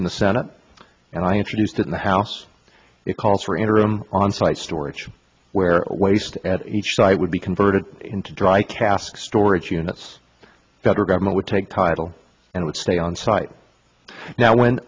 in the senate and i introduced in the house it calls for in a room on site storage where waste each site would be converted into dry cask storage units that are government would take title and would stay on site now when